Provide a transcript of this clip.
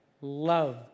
love